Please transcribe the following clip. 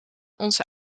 onze